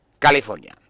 California